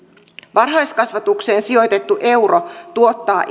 varhaiskasvatukseen sijoitettu euro tuottaa